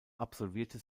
absolvierte